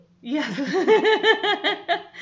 Yes